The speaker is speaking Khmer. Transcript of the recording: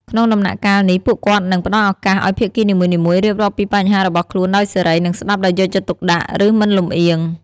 ក្នុងដំណាក់កាលនេះ ពួកគាត់នឹង ផ្តល់ឱកាសឲ្យភាគីនីមួយៗរៀបរាប់ពីបញ្ហារបស់ខ្លួនដោយសេរី និងស្តាប់ដោយយកចិត្តទុកដាក់ ឬមិនលំអៀង។